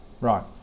Right